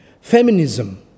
Feminism